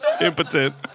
Impotent